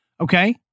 Okay